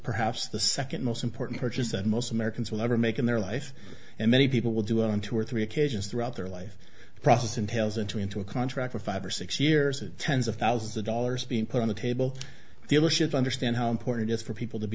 perhaps the second most important purchase that most americans will ever make in their life and many people will do it on two or three occasions throughout their life the process entails into into a contract for five or six years of tens of thousands of dollars being put on the table dealership understand how important is for people to be